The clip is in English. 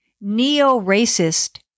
Neo-racist